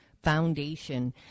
foundation